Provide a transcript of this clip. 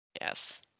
Yes